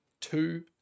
two